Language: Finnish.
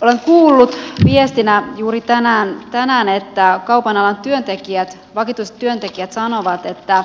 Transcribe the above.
olen kuullut viestinä juuri tänään että kaupan alan vakituiset työntekijät sanovat että